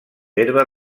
herba